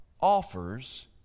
offers